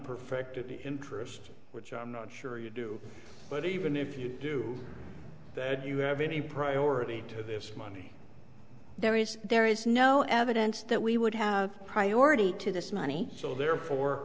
perfected interest which i'm not sure you do but even if you do you have any priority to this money there is there is no evidence that we would have priority to this money so therefore